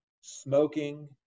smoking